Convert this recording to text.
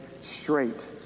straight